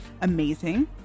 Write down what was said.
amazing